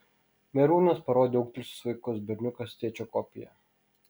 merūnas parodė ūgtelėjusius vaikus berniukas tėčio kopija